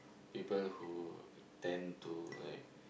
people who tend to like